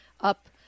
up